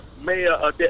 Mayor